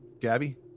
Gabby